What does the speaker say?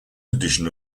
tradition